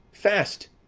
fast,